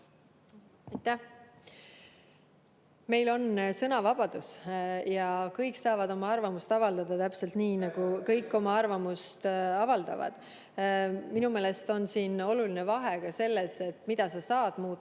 Meil on sõnavabadus ja kõik saavad oma arvamust avaldada täpselt nii, nagu kõik oma arvamust avaldavad. Minu meelest on siin oluline vahe selles, mida sa saad muuta